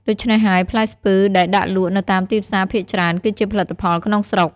ដូច្នេះហើយ ផ្លែស្ពឺដែលដាក់លក់នៅតាមទីផ្សារភាគច្រើន គឺជាផលិតផលក្នុងស្រុក។